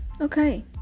Okay